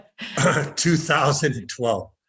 2012